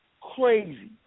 Crazy